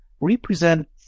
represent